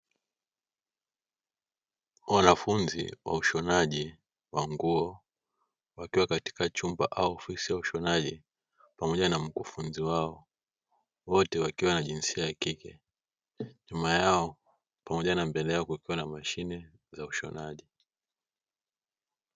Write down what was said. Wanafunzi wa ushonaji wa nguo wakiwa katika chumba au ofisi ya ushonaji oamoja na mkufunzi wao, wote wakiwa jinsia ya kike, nyuma yao pamoja na mbele yao kukiwa kuna mashine za ushonaji.